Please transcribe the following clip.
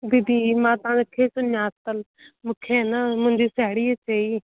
दीदी मां तव्हांखे सुञातल मूंखे न मुंहिंजी साहेड़ीअ चईं